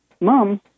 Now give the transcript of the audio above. Mom